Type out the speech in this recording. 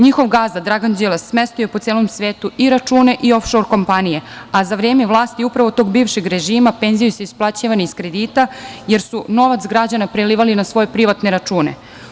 Njihov gazda Dragan Đilas smestio je po celom svetu i račune i ofšor kompanije, a za vreme vlasti upravo tog bivšeg režima penzije su isplaćivane iz kredita, jer su novac građana prelivali na svoje privatne račune.